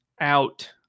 out